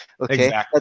Okay